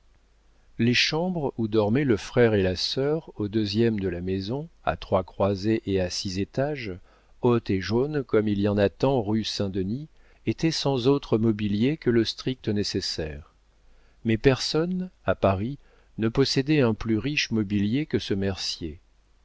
les chambres où dormaient le frère et la sœur au deuxième de la maison à trois croisées et à six étages haute et jaune comme il y en a tant rue saint-denis étaient sans autre mobilier que le strict nécessaire mais personne à paris ne possédait un plus riche mobilier que ce